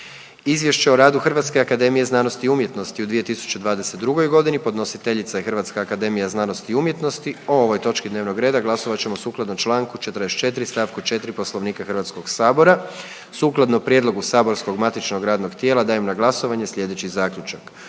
Izvješće o radu Hrvatske akademije znanosti i umjetnosti u 2022.g., podnositeljica je HAZU, o ovoj točki dnevnog reda glasovat ćemo sukladno čl. 44. st. 4. Poslovnika HS-a. Sukladno prijedlogu saborskog matičnog radnog tijela dajem na glasovanje sljedeći zaključak: